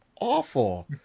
awful